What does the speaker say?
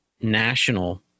national